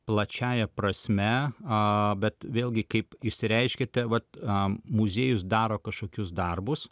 plačiąja prasme a bet vėlgi kaip išsireiškiate vat a muziejus daro kažkokius darbus